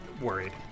worried